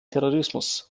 terrorismus